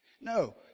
No